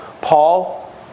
Paul